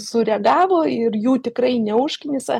sureagavo ir jų tikrai neužknisa